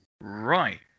Right